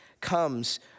comes